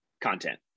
content